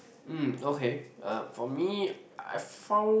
mm okay uh for me I found